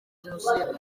jenoside